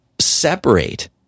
separate